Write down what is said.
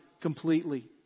completely